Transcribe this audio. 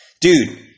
dude